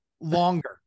longer